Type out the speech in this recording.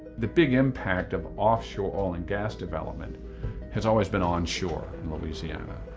the big impact of offshore oil and gas development has always been onshore in louisiana.